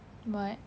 what